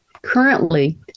Currently